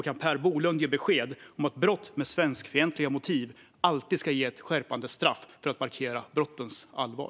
Kan Per Bolund ge besked om att man alltid ska ge ett skärpt straff för brott med svenskfientliga motiv för att markera brottens allvar?